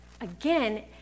again